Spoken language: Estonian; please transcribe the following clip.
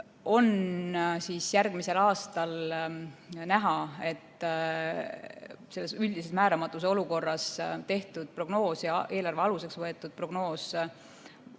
on järgmisel aastal näha, et selles üldises määramatuse olukorras tehtud prognoos, mis on eelarve aluseks võetud, erineb